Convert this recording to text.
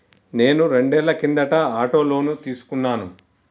నేను రెండేళ్ల కిందట ఆటో లోను తీసుకున్నాను